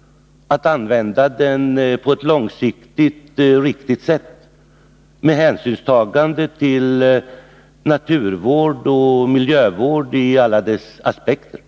— den skall användas på ett långsiktigt riktigt sätt med hänsynstagande till naturvård och miljövård i alla dess aspekter.